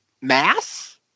mass